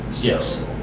Yes